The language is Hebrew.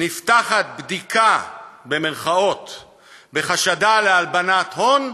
נפתחת "בדיקה" בחשד להלבנת הון,